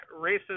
racist